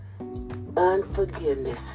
Unforgiveness